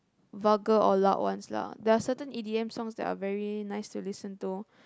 vulgar or loud ones lah there are certain E_D_M songs that are very nice to listen to